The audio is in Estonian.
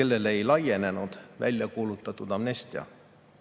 kellele ei laienenud väljakuulutatud amnestia.